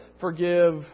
forgive